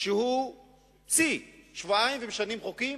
שהוא שיא, שבועיים, משנים חוקים,